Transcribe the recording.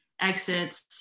exits